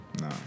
No